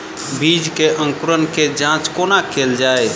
बीज केँ अंकुरण केँ जाँच कोना केल जाइ?